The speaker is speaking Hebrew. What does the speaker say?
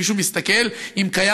מישהו מסתכל אם קיים,